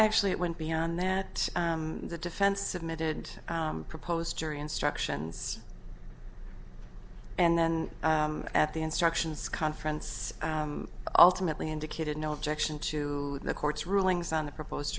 actually it went beyond that the defense submitted proposed jury instructions and then at the instructions conference ultimately indicated no objection to the court's rulings on the proposed